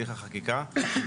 הליך החקיקה.